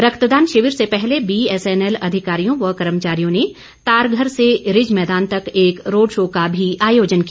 रक्तदान शिविर से पहले बीएसएनएल अधिकारियों व कर्मचारियों ने तारघर से रिज मैदान तक एक रोड शो का भी आयोजन किया